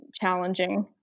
challenging